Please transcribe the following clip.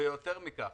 ויותר מכך,